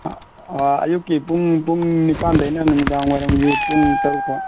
ꯑꯌꯨꯛꯀꯤ ꯄꯨꯡ ꯄꯨꯡ ꯅꯤꯄꯥꯜꯗꯒꯤꯅ ꯅꯨꯃꯤꯗꯥꯡ ꯋꯥꯏꯔꯝꯒꯤ ꯄꯨꯡ ꯇꯔꯨꯛ ꯐꯥꯎ